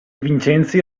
vincenzi